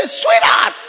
sweetheart